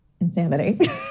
insanity